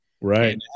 Right